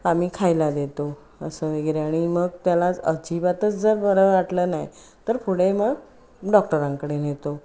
आम्ही खायला देतो असं वगैरे आणि मग त्याला अजिबातच जर बरं वाटलं नाही तर पुढे मग डॉक्टरांकडे नेतो